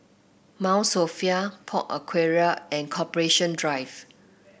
Mount Sophia Park Aquaria and Corporation Drive